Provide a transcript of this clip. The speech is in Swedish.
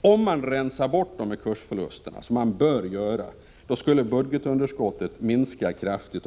Om man rensade bort dessa kursförluster — som man bör göra — skulle budgetunderskottet minska kraftigt.